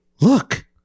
look